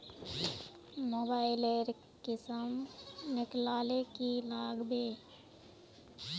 Mobile लेर किसम निकलाले की लागबे?